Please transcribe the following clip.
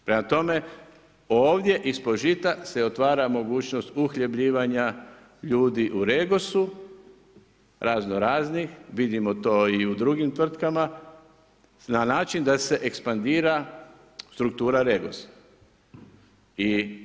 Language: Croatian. Prema tome, ovdje „ispod žita“ se otvara mogućnost uhljebljivanja ljudi u REGOS-u raznoraznih, vidimo to i u drugim tvrtkama, na način da se ekspandira struktura REGOS-a.